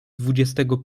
dwudziestego